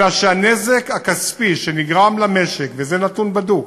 אלא שהנזק הכספי שנגרם למשק, וזה נתון בדוק,